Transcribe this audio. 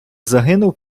загинув